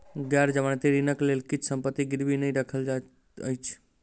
गैर जमानती ऋणक लेल किछ संपत्ति गिरवी नै राखल जाइत अछि